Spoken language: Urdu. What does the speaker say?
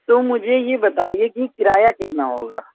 تو مجھے یہ بتایے کہ کرایہ کتنا ہوگا